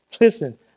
Listen